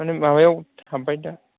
माने माबायाव हाब्बाय दा